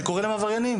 אני קורא להם עבריינים,